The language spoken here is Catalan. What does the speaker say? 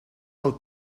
pel